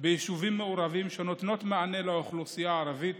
ביישובים מעורבים, שנותנות מענה לאוכלוסייה ערבית